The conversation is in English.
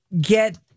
get